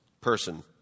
person